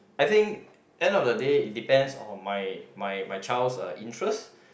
I think end of the day it depends on my my my child's uh interest